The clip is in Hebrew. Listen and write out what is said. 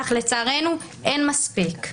אך לצערנו אין מספיק.